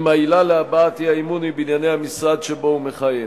אם העילה להבעת האי-אמון היא בענייני המשרד שבו הוא מכהן.